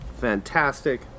fantastic